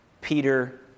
Peter